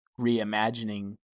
reimagining